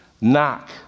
knock